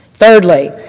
Thirdly